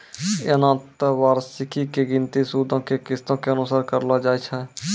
एना त वार्षिकी के गिनती सूदो के किस्तो के अनुसार करलो जाय छै